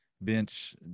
bench